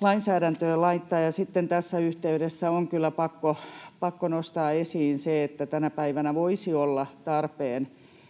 lainsäädäntöön laittaa. Sitten tässä yhteydessä on kyllä pakko nostaa esiin se, että tänä päivänä voisi olla tarpeen,